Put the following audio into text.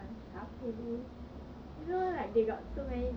speaking of which I have been shopping on Shopee